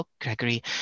Gregory